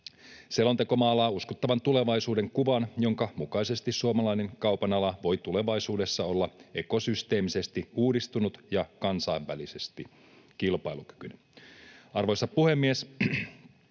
Selonteko maalaa uskottavan tulevaisuudenkuvan, jonka mukaisesti suomalainen kaupan ala voi tulevaisuudessa olla ekosysteemisesti uudistunut ja kansainvälisesti kilpailukykyinen. Arvoisa puhemies!